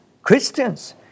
Christians